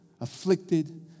afflicted